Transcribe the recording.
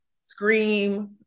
Scream